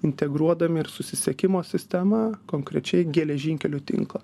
integruodami ir susisiekimo sistemą konkrečiai geležinkelių tinklą